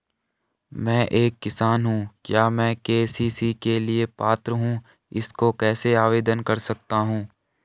मैं एक किसान हूँ क्या मैं के.सी.सी के लिए पात्र हूँ इसको कैसे आवेदन कर सकता हूँ?